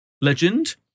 legend